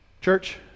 Church